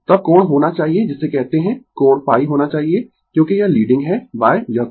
तब कोण होना चाहिए जिसे कहते है कोण ϕ होना चाहिए क्योंकि यह लीडिंग है यह कोण ϕ